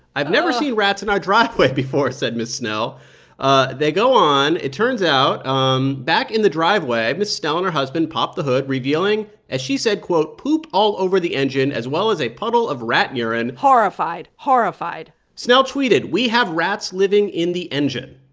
i've never seen rats in our driveway before, said ms. snell ah they go on. it turns out, um back in the driveway, ms. snell and her husband pop the hood, revealing, as she said, quote, poop all over the engine as well as a puddle of rat urine. horrified, horrified snell tweeted, we have rats living in the engine.